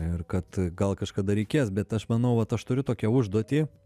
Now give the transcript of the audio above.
ir kad gal kažkada reikės bet aš manau vat aš turiu tokią užduotį